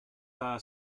are